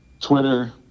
Twitter